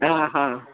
ಆಂ ಹಾಂ